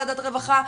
ועדת רווחה,